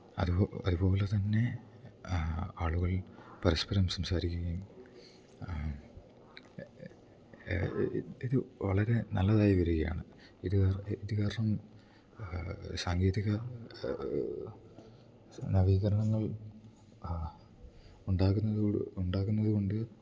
അതുപോലെ തന്നെ ആളുകൾ പരസ്പരം സംസാരിക്കുകയും ഇത് വളരെ നല്ലതായി വരികയാണ് ഇത് ഇത് കാരണം സാങ്കേതിക നവീകരണങ്ങൾ ഉണ്ടാകുന്നത് ഉണ്ടാകുന്നത് കൊണ്ട്